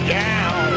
down